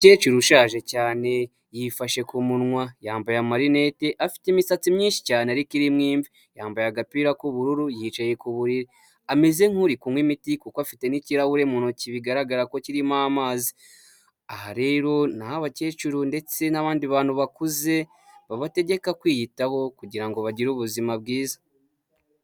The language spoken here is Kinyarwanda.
Umukecuru ushaje cyane yifashe ku munwa, yambaye amarinete afite imisatsi myinshi cyane ariko irimo imvi, yambaye agapira k'ubururu yicaye ku buriri, ameze nk'uri kunywa imiti kuko afite n'kirahure mu ntoki bigaragara ko kirimo amazi, aha rero n'aho abakecuru ndetse n'abandi bantu bakuze babategekwa kwiyitaho kugira bagire ubuzima bwiza.